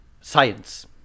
science